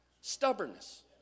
Stubbornness